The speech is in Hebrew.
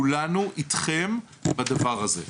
כולנו איתכן בדבר הזה.